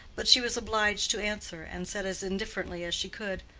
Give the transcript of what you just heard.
but she was obliged to answer, and said as indifferently as she could,